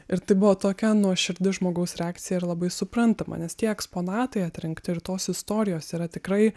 ir tai buvo tokia nuoširdi žmogaus reakcija ir labai suprantama nes tie eksponatai atrinkti ir tos istorijos yra tikrai